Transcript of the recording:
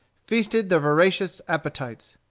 feasted their voracious appetites.